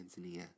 Tanzania